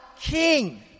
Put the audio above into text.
King